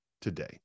today